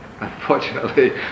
Unfortunately